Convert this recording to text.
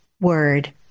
word